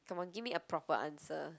come on give me a proper answer